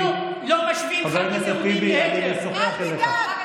אפילו אנחנו לא משווים חברי כנסת יהודים להיטלר.